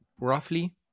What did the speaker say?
roughly